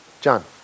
John